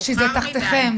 שזה תחתכם.